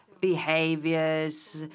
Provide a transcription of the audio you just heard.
behaviors